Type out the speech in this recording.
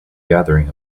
gathering